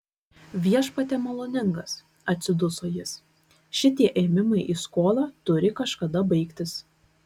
viešpatie maloningas atsiduso jis šitie ėmimai į skolą turi kažkada baigtis